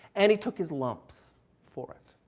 and he took his lumps for it.